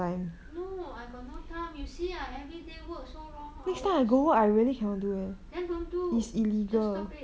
no I got no time you see I everyday work so long hours then don't do just stop it